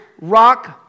rock